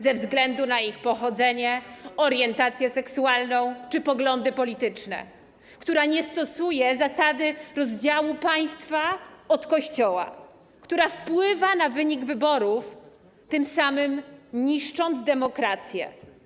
ze względu na ich pochodzenie, orientację seksualną czy poglądy polityczne, która nie stosuje zasady rozdziału państwa od Kościoła, która wpływa na wynik wyborów, tym samym niszcząc demokrację.